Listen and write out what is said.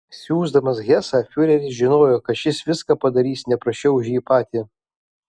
siųsdamas hesą fiureris žinojo kad šis viską padarys ne prasčiau už jį patį